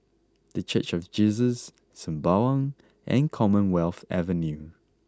the Church of Jesus Sembawang and Commonwealth Avenue